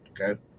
Okay